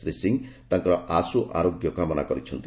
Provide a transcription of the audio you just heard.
ଶ୍ରୀ ସିଂହ ତାଙ୍କର ଆଶୁ ଆରୋଗ୍ୟ କାମନା କରିଛନ୍ତି